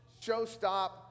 showstop